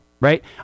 right